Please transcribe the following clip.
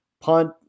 punt